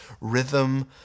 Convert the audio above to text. rhythm